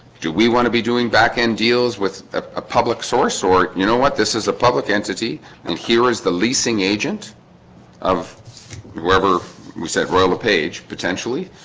do we want to be doing back-end deals with ah a public source, or you know what? this is a public entity and here is the leasing agent of whoever we said roll a page. potentially.